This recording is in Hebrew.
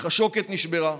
אך השוקת נשברה,